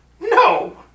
No